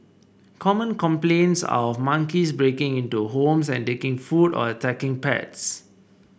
common complaints are of monkeys breaking into homes and taking food or attacking pets